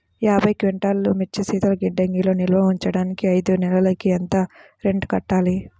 యాభై క్వింటాల్లు మిర్చి శీతల గిడ్డంగిలో నిల్వ ఉంచటానికి ఐదు నెలలకి ఎంత రెంట్ కట్టాలి?